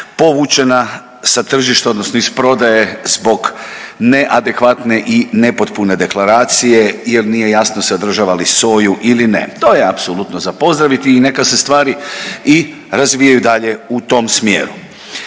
povučena sa tržišta, odnosno iz prodaje zbog neadekvatne i nepotpune deklaracije jer nije jasno sadržava li soju ili ne. To je apsolutno za pozdraviti i neka se stvari i razvijaju dalje u tom smjeru.